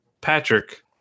Patrick